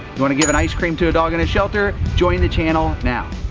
you wanna give an ice-cream to a dog in a shelter, join the channel now.